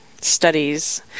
studies